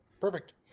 perfect